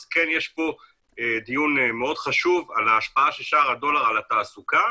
אז כן יש פה דיון מאוד חשוב על ההשפעה של שער הדולר על התעסוקה.